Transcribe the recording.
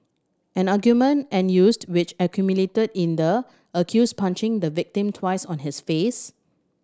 an argument which a culminated in the accused punching the victim twice on his face